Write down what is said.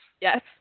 Yes